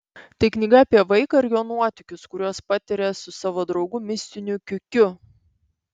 tai knyga apie vaiką ir jo nuotykius kuriuos patiria su savo draugu mistiniu kiukiu